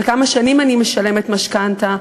על מספר השנים אני משלמת משכנתה,